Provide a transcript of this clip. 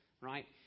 right